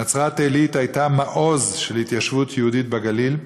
נצרת-עילית הייתה מעוז של התיישבות יהודית בגליל,